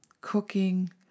cooking